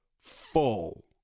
full